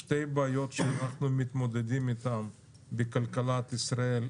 שתי בעיות שאנחנו מתמודדים איתן בכלכלת ישראל,